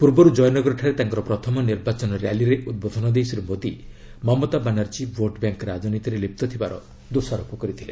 ପୂର୍ବରୁ ଜୟନଗରଠାରେ ତାଙ୍କର ପ୍ରଥମ ନିର୍ବାଚନ ର୍ୟାଲିରେ ଉଦ୍ବୋଧନ ଦେଇ ଶ୍ରୀ ମୋଦି ମମତା ବାନାର୍କୀ ଭୋଟ୍ ବ୍ୟାଙ୍କ୍ ରାଜନୀତିରେ ଲିପ୍ତ ଥିବାର ଦୋଷାରୋପ କରିଥିଲେ